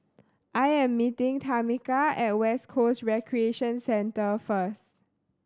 I am meeting Tamika at West Coast Recreation Centre first